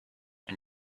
and